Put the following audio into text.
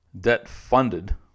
debt-funded